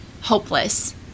hopeless